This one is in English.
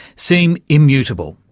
seem immutable,